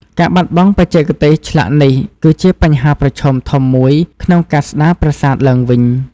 ការបាត់បង់បច្ចេកទេសឆ្លាក់នេះ គឺជាបញ្ហាប្រឈមធំមួយក្នុងការស្ដារប្រាសាទឡើងវិញ។